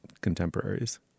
Contemporaries